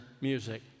music